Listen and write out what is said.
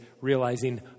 realizing